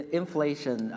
inflation